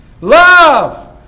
Love